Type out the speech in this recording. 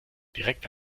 direkt